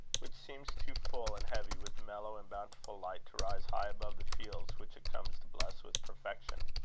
which seems too full and heavy with mellow and bountiful light to rise high above the fields which it comes to bless with perfection.